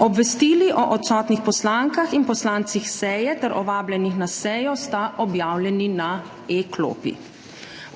Obvestili o odsotnih poslankah in poslancih seje ter o vabljenih na sejo sta objavljeni na e-klopi.